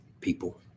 people